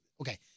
okay